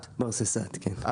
רבה.